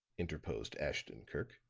interposed ashton-kirk.